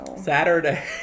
Saturday